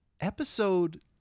episode